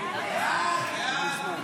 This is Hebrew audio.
33, כהצעת הוועדה,